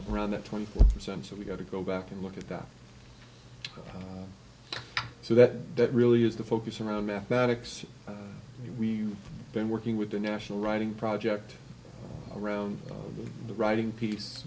around that twenty percent so we've got to go back and look at that so that that really is the focus around mathematics and we've been working with the national writing project around the writing piece